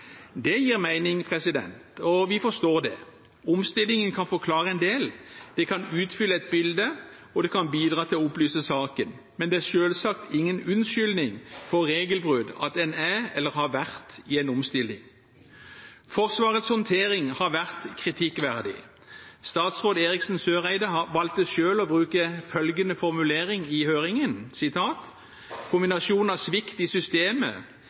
Det gir mening, og vi forstår det. Omstillingen kan forklare en del, det kan utfylle et bilde, og det kan bidra til å opplyse saken, men det er selvsagt ingen unnskyldning for regelbrudd at en er, eller har vært, i en omstilling. Forsvarets håndtering har vært kritikkverdig. Statsråd Eriksen Søreide valgte selv å bruke følgende formulering i høringen: «kombinasjonen av svikt i systemet,